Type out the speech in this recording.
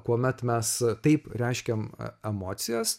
kuomet mes taip reiškiam emocijas